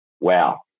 wow